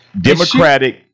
Democratic